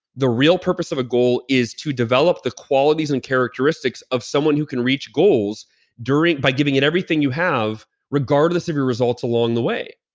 the real purpose of a goal is to develop the qualities and characteristics of someone who can reach goals by giving it everything you have regardless of your results along the way.